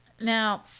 Now